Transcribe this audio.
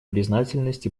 признательность